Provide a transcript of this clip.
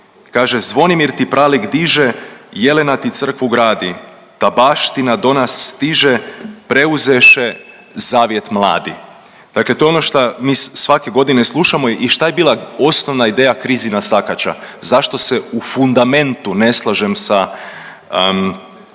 kaže „Zvonimir ti pralik diže, Jelena ti crkvu gradi ta baština do nas stiže preuzeše zavjet mladi.“, dakle to je ono šta mi svake godine slušamo. I šta je bila osnovna ideja Krizina Sakača, zašto se u fundamentu ne slažem sa